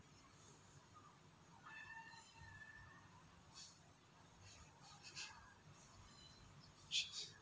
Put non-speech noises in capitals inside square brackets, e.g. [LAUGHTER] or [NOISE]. [NOISE]